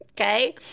okay